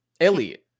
Elliot